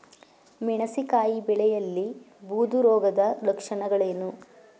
ಮೆಣಸಿನಕಾಯಿ ಬೆಳೆಯಲ್ಲಿ ಬೂದು ರೋಗದ ಲಕ್ಷಣಗಳೇನು?